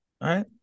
Right